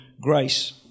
grace